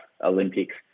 Olympics